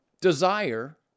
desire